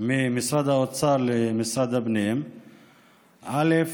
ומינהל תכנון, אוי,